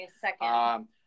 second